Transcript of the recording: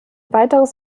weiteres